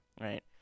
Right